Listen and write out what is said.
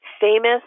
famous